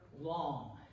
long